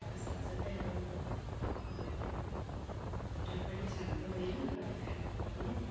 साथ साथै अब हिटर पनि छ हाम्रो होइन खाना पकाउने